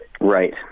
Right